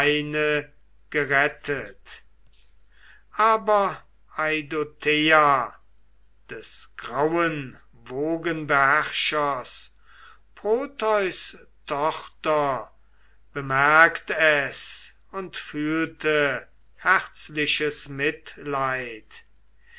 gerettet aber eidothea des grauen wogenbeherrschers proteus tochter bemerkt es und fühlte herzliches mitleid